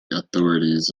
authorities